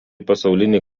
pasaulinį